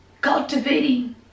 cultivating